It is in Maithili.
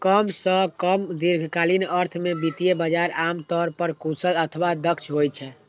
कम सं कम दीर्घकालीन अर्थ मे वित्तीय बाजार आम तौर पर कुशल अथवा दक्ष होइ छै